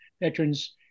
veterans